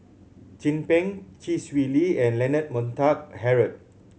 Chin Peng Chee Swee Lee and Leonard Montague Harrod